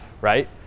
right